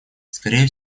скорее